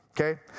okay